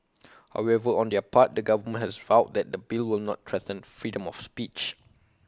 however on their part the government has vowed that the bill will not threaten freedom of speech